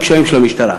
הקשיים של המשטרה.